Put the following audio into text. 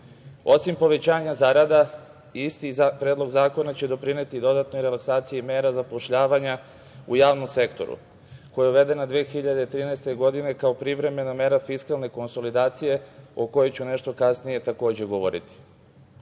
povećanja zarada, isti Predlog zakona će doprineti dodatnoj relaksaciji mera zapošljavanja u javnom sektoru koja je uvedena 2013. godine kao privremena mera fiskalne konsolidacije o kojoj ću nešto kasnije takođe govoriti. Novim